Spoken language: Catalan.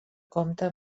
compta